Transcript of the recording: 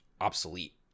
obsolete